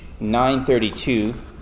932